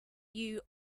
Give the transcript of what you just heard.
you